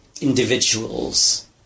individuals